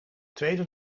tweede